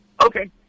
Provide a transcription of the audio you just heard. Okay